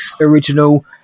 original